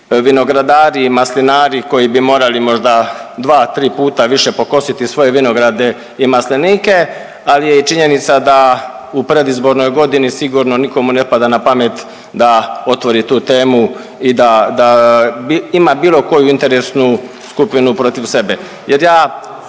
vinogradari i maslinari koji bi morali možda 2, 3 puta više pokositi svoje vinograde i maslinike, ali je i činjenica da u predizbornoj godini sigurno nikomu ne pada na pamet da otvori tu temu i da ima bilo koju interesnu skupinu protiv sebe